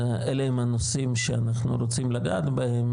אלה הם הנושאים שאנחנו רוצים לגעת בהם